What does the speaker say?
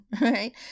right